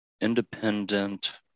independent